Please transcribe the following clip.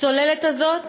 הצוללת הזאת